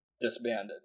disbanded